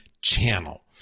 channel